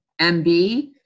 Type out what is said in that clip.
MB